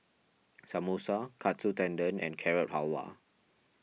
Samosa Katsu Tendon and Carrot Halwa